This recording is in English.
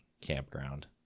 campground